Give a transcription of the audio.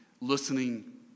listening